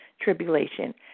tribulation